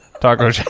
Taco